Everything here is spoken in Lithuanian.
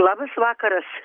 labas vakaras